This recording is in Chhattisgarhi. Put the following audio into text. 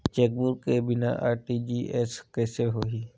चेकबुक के बिना आर.टी.जी.एस कइसे होही?